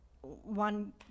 one